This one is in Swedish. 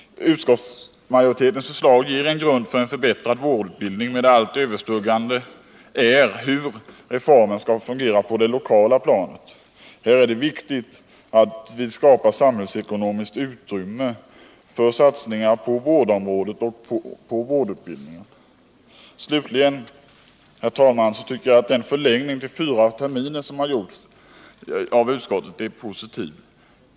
Utskottsmajoritetens förslag ger en grund för en förbättring av vårdutbildningen, men det allt överskuggande problemet är hur reformen skall fungera på det lokala planet. Här är det viktigt att vi skapar samhällsekonomiskt utrymme för satsningar på vårdområdet och på vårdutbildningen. Slutligen, herr talman, tycker jag att en förlängning till fyra terminer som utskottet föreslagit är någonting positivt.